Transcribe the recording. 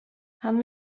han